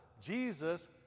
Jesus